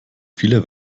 viele